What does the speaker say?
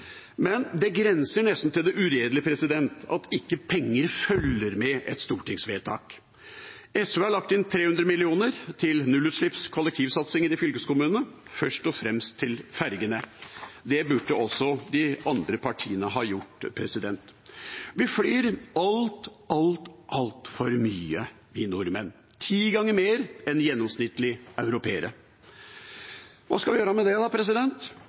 men det grenser nesten til det uredelige at ikke penger følger med et stortingsvedtak. SV har lagt inn 300 mill. kr til nullutslippskollektivsatsingen i fylkeskommunene, først og fremst til fergene. Det burde også de andre partiene ha gjort. Vi nordmenn flyr altfor, altfor mye: ti ganger mer enn en gjennomsnittlig europeer. Hva skal vi gjøre med det?